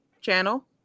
channel